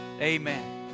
Amen